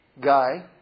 guy